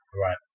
Right